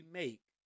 make